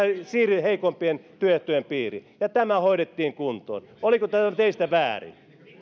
ei siirry heikompien työehtojen piiriin ja tämä hoidettiin kuntoon oliko tämä teistä väärin